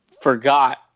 forgot